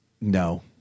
no